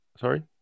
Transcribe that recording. Sorry